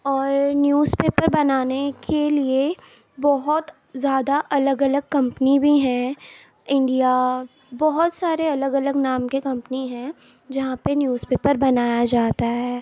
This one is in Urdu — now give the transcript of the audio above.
اور نیوز پیپر بنانے کے لیے بہت زیادہ الگ الگ کمپنی بھی ہیں انڈیا بہت سارے الگ الگ نام کے کمپنی ہیں جہاں پہ نیوز پیپر بنایا جاتا ہے